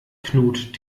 knut